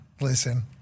Listen